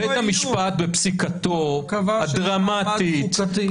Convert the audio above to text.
בית המשפט בפסיקתו הדרמטית,